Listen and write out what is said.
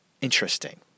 interesting